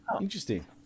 Interesting